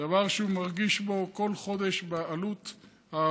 זה דבר שהוא מרגיש בו כל חודש, בעלות העבודה,